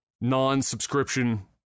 non-subscription